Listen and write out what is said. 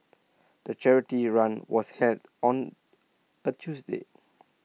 the charity run was held on A Tuesday